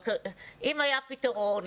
אגב,